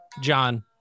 john